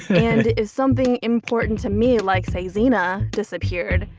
and if something important to me like, say xena disappeared,